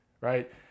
right